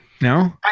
No